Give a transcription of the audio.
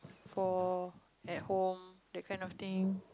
for at home that kind of thing